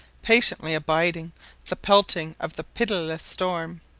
patiently abiding the pelting of the pitiless storm.